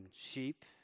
sheep